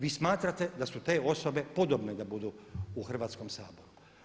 Vi smatrate da su te osobe podobne da budu u Hrvatskom saboru?